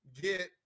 get